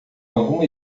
alguma